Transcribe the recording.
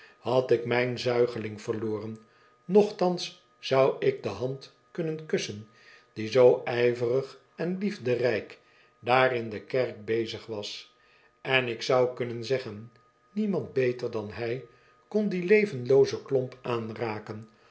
had ik mijn zuigeling verloren nochtans zou ik de hand kunnen kussen die zoo ijverig en liefderijk daar in de kerk bezig was en ik zou kunnen zeggen niemand beter dan hij kon dien levenloozen klomp aanraken